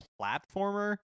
platformer